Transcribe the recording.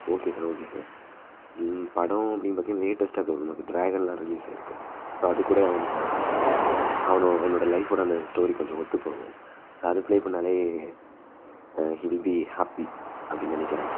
okay sir okay sir படம் அப்படின்னு பார்த்தீங்கனா லேட்டஸ்ட்டாக இப்போ ஒரு மூவி ட்ராகன்லாம் ரிலீஸ் ஆயிருக்குது ஸோ அது கூட அவனுக்கு அவனு அவனோடய லைஃபோடய அந்த ஸ்டோரி கொஞ்சம் ஒத்துப் போகும் ஸோ அது ப்ளே பண்ணாலே ஹி வில் பி ஹேப்பி அப்படின்னு நினைக்கிறேன்